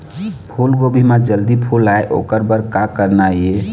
फूलगोभी म जल्दी फूल आय ओकर बर का करना ये?